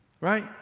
right